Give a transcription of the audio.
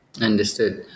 Understood